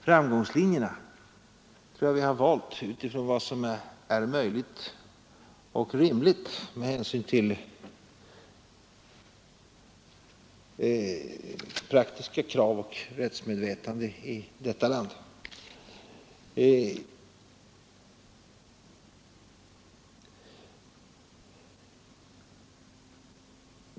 Framgångslinjerna har vi valt utifrån vad som är möjligt och rimligt med hänsyn till praktiska krav och rättsmedvetandet i detta land.